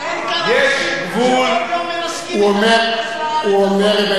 אדוני היושב-ראש, הוא אומר את זה